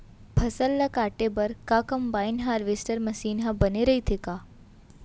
फसल ल काटे बर का कंबाइन हारवेस्टर मशीन ह बने रइथे का?